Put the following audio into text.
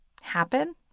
happen